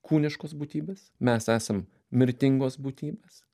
kūniškos būtybės mes esam mirtingos būtybės